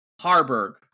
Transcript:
Harburg